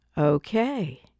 Okay